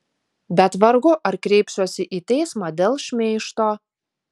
bet vargu ar kreipsiuosi į teismą dėl šmeižto